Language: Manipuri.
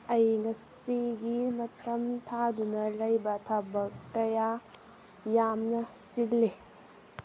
ꯑꯩ ꯉꯁꯤꯒꯤ ꯃꯇꯝ ꯊꯥꯗꯨꯅ ꯂꯩꯕ ꯊꯕꯛ ꯀꯌꯥ ꯌꯥꯝꯅ ꯆꯤꯜꯂꯤ